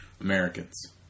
Americans